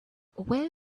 where